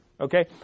okay